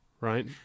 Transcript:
right